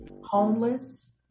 homeless